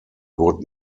would